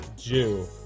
Jew